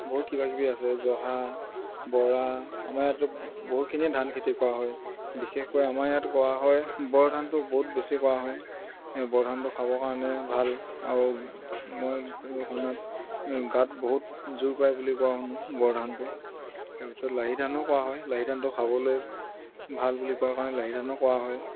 বহুত কিবা কিবি আছে জহা বৰা আমাৰ ইয়াত বহুতখিনিয়ে ধান খেতি কৰা হয় বিশেষকৈ আমাৰ ইয়াত কৰা হয় বৰধানটো বহুত বেছি কৰা হয় বৰধানটো খাবৰ কাৰণে ভাল আৰু মই সময়ত গাত বহুত জোৰ পায় বুলিও কোৱা শুনোঁ বৰধানটো তাৰপিছত লাহিধানো কৰা হয় লাহিধানটো খাবলৈ ভাল বুলি কোৱা কাৰণে লাহিধানো কৰা হয়